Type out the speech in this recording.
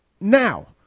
now